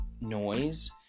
noise